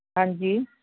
ਹਾਂਜੀ